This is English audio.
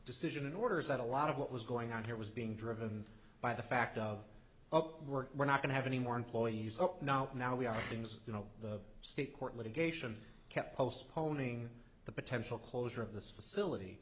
decision orders that a lot of what was going on here was being driven by the fact of ok we're we're not going to have any more employees up now now we are things you know the state court litigation kept postponing the potential closure of this facility